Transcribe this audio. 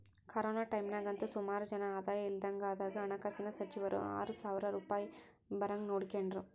corona ಟೈಮ್ನಾಗಂತೂ ಸುಮಾರು ಜನ ಆದಾಯ ಇಲ್ದಂಗಾದಾಗ ಹಣಕಾಸಿನ ಸಚಿವರು ಆರು ಸಾವ್ರ ರೂಪಾಯ್ ಬರಂಗ್ ನೋಡಿಕೆಂಡ್ರು